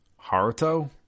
Haruto